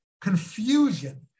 confusion